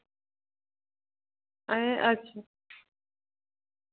अच्छा